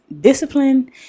discipline